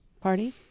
Party